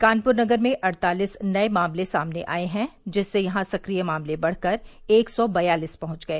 कानपुर नगर में अड़तालीस नए मामले सामने आए हैं जिससे यहां सक्रिय मामले बढ़कर एक सौ बयालीस पहुंच गए